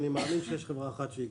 ואני מאמין שיש חברה אחת שהגישה.